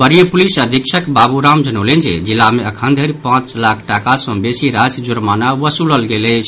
वरीय पुलिस अधीक्षक बाबू राम जनौलनि जे जिला मे अखन धरि पांच लाख टाका सऽ बेसी राशि जुर्माना वसूलल गेल अछि